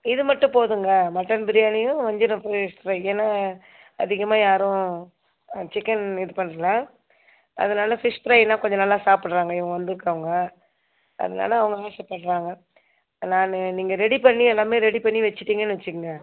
இது மட்டும் போதும்ங்க மட்டன் பிரியாணியும் வஞ்சரம் ஃபிஷ் ஃப்ரை ஏன்னா அதிகமாக யாரும் சிக்கன் இது பண்ணல அதனால் ஃபிஷ் ஃப்ரைன்னா கொஞ்சம் நல்லா சாப்பிட்றாங்க இவங்க வந்திருக்கவங்க அதனால அவங்க ஆசைப்படுறாங்க நான் நீங்கள் ரெடி பண்ணி எல்லாமே ரெடி பண்ணி வெச்சிட்டீங்கன்னு வெச்சிக்கங்க